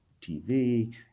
TV